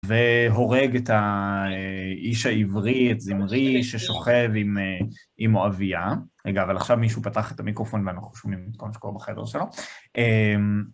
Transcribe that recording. והורג את האיש העברי, את זמרי, ששוכב עם מואביה. רגע, אבל עכשיו מישהו פתח את המיקרופון ואנחנו שומעים את כל מה שקורה בחדר שלו.